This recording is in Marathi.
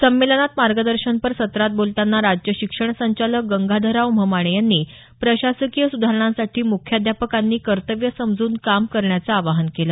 संमेलनात मार्गदर्शनपर सत्रात बोलतांना राज्य शिक्षण संचालक गंगाधरराव म्हमाणे यांनी प्रशासकीय सुधारणांसाठी मुख्याध्यापकांनी कर्तव्य समजून काम करण्याचं आवाहन केलं